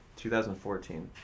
2014